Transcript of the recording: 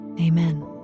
amen